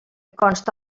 consta